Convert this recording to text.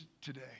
today